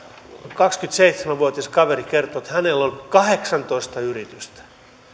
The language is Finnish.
kaksikymmentäseitsemän vuotias kaveri kertoi että hänellä on kahdeksantoista yritystä